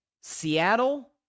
Seattle